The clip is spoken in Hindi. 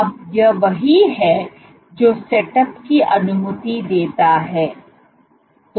अब यह वही है जो सेटअप की अनुमति देता है